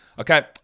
Okay